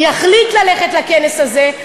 יחליט ללכת לכנס הזה,